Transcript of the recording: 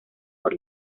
por